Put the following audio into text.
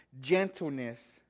gentleness